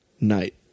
Night